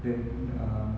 then um